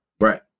Right